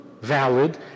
valid